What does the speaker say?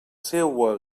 seua